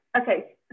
Okay